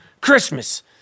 Christmas